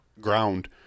ground